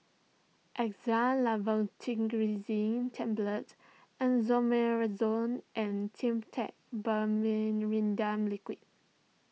Xyzal Levocetirizine Tablets Esomeprazole and Dimetapp Liquid